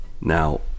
Now